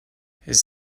his